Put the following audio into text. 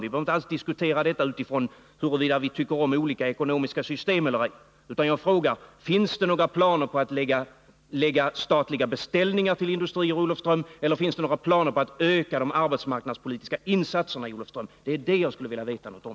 Vi behöver inte alls diskutera detta utifrån huruvida vi tycker om olika ekonomiska system eller ej, utan jag frågar: Finns det några planer på att lägga beställningar hos industrier i Olofström, eller finns det några planer på att öka de arbetsmarknadspolitiska insatserna i Olofström? Det är det jag skulle vilja veta något om.